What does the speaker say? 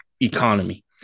economy